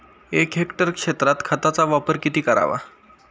एक हेक्टर क्षेत्रात खताचा वापर किती करावा?